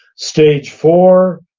stage four,